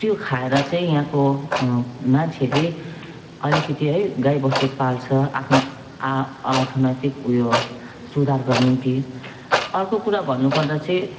त्यो खाएर चाहिँ यहाँको मान्छेले अलिकति है गाईबस्तु पाल्छ आफ्नो आ अर्थनैतिक उयो सुधारको निम्ति अर्को कुरा भन्नुपर्दा चाहिँ